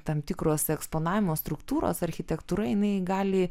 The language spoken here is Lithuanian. tam tikros eksponavimo struktūros architektūra jinai gali